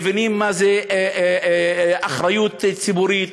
מבינים מה זו אחריות ציבורית,